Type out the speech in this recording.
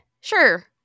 Sure